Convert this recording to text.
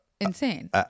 insane